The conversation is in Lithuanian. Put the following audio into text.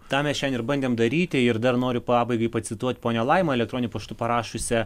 tą mes šiandien ir bandėm daryti ir dar noriu pabaigai pacituoti ponia laima elektroniniu paštu parašiusią